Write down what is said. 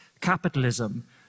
capitalism